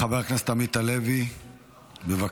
חבר הכנסת עמית הלוי, בבקשה,